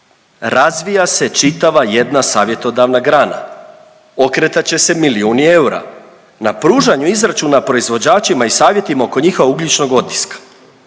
razvija se čitava jedna savjetodavna grana, okretat će se milijuni eura na pružanju izračuna proizvođačima i savjetima oko njihovog ugljičnog otiska.